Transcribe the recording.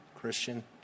Christian